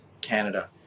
Canada